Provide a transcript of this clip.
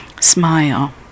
Smile